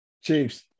Chiefs